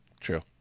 true